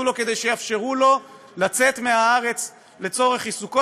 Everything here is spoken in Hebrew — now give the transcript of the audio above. לו כדי שיאפשרו לו לצאת מהארץ לצורך עיסוקו,